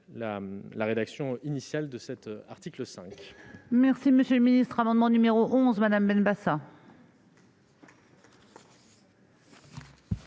la rédaction initiale de l'article 5.